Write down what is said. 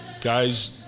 guys